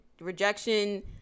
rejection